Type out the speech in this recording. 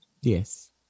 Yes